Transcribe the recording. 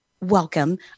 welcome